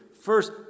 first